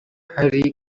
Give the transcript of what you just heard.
hari